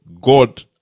God